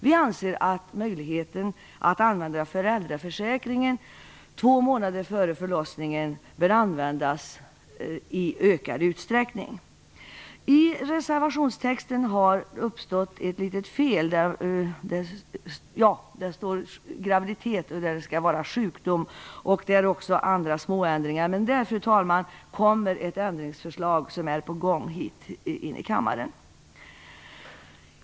Vi anser att möjligheten att använda föräldraförsäkringen två månader före förlossningen bör användas i ökad utsträckning. I reservation 6 har uppstått ett litet fel. På ett ställe står det "graviditet" när det skall stå "sjukdom". Också några andra småändringar behöver göras. Ett ändringsförslag är på väg till kammaren.